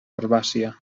herbàcia